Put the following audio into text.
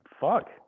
Fuck